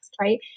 right